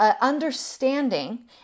understanding